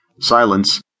silence